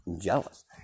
jealous